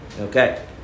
Okay